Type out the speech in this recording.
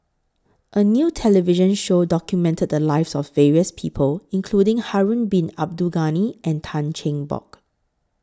A New television Show documented The Lives of various People including Harun Bin Abdul Ghani and Tan Cheng Bock